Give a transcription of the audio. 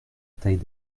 taille